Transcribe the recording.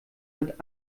mit